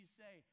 say